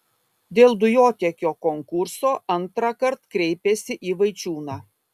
dėl dujotiekio konkurso antrąkart kreipėsi į vaičiūną